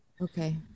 Okay